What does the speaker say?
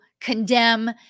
condemn